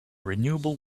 renewable